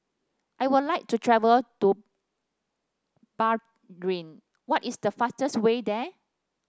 I would like to travel to Bahrain what is the fastest way there